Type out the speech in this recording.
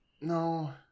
no